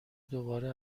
دوباره